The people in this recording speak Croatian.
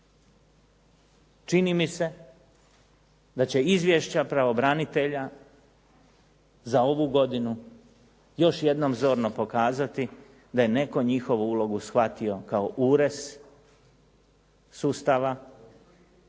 Čini mi se da će izvješća pravobranitelja za ovu godinu još jednom zorno pokazati da je netko njihovu ulogu shvatio kao ures sustava,